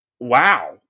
wow